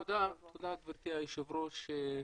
תודה, תודה גברתי היושבת ראש,